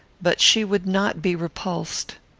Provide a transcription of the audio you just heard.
but she would not be repulsed.